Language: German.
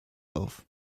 auf